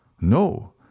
No